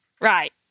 Right